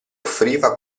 offriva